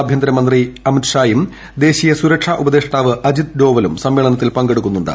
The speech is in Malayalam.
ആഭ്യന്തരമന്ത്രി അമിത് ഷായും ദേശീയ സുരക്ഷാ ഉപദേഷ്ടാവ് അജിത് ഡോവലും സമ്മേളനത്തിൽ പങ്കെടുക്കുന്നുണ്ട്